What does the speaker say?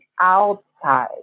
outside